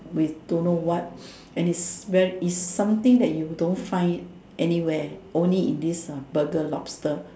with don't know what and is very is something that you don't find it anywhere only in this uh Burger lobster